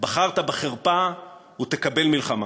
"בחרת בחרפה ותקבל מלחמה".